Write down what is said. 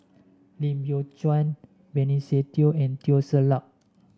Lim Biow Chuan Benny Se Teo and Teo Ser Luck